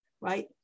right